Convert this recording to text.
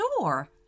door